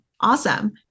Awesome